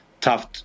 tough